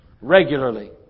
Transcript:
regularly